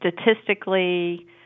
statistically